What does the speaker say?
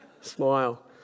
Smile